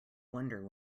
wonder